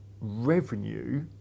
revenue